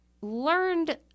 learned